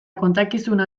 kontakizuna